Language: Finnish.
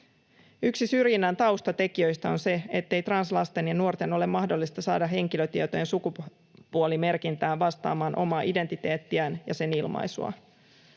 Yksi syrjinnän taustatekijöistä on se, ettei translasten ja ‑nuorten ole mahdollista saada henkilötietojen sukupuolimerkintää vastaamaan omaa identiteettiään ja sen ilmaisua.